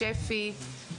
שפ"י,